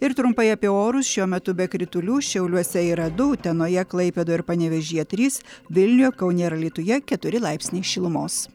ir trumpai apie orus šiuo metu be kritulių šiauliuose yra du utenoje klaipėdoj ir panevėžyje trys vilniuje kaune ir alytuje keturi laipsniai šilumos